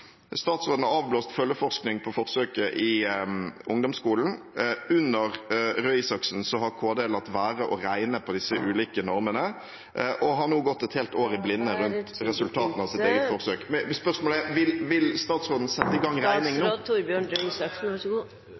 Statsråden har avblåst følgeforskning på forsøket i ungdomsskolen. Under Røe Isaksen har Kunnskapsdepartementet latt være å regne på disse ulike normene og har nå gått et helt år i blinde rundt resultatene av sitt eget forsøk. Spørsmålet er: Vil statsråden sette i gang